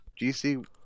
GC